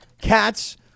Cats